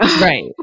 Right